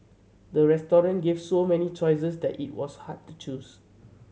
the restaurant give so many choices that it was hard to choose